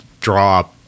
draw